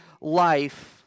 life